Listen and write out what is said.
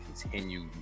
continue